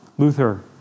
Luther